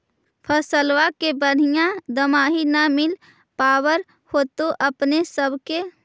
फसलबा के बढ़िया दमाहि न मिल पाबर होतो अपने सब के?